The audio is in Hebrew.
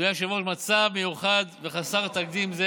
אדוני היושב-ראש, "מצב מיוחד וחסר תקדים זה